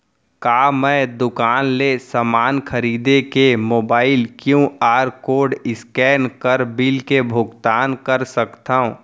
का मैं दुकान ले समान खरीद के मोबाइल क्यू.आर कोड स्कैन कर बिल के भुगतान कर सकथव?